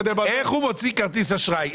איך הוא מוציא כרטיס אשראי?